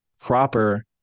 proper